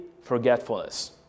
forgetfulness